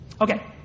Okay